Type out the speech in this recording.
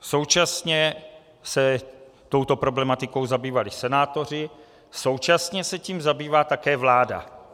Současně se touto problematikou zabývali senátoři, současně se tím zabývá také vláda.